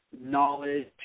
knowledge